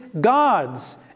God's